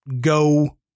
go